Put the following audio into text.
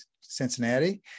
Cincinnati